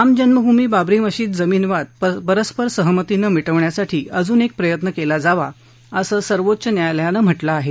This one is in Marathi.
राम जन्मभूमी बाबरी मशीद जमीन वाद परस्पर सहमतीने मिविण्यासाठी अजून एक प्रयत्न केला जावा असं सर्वोच्च न्यायालयाने म्हाळि आहे